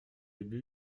j’avais